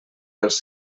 dels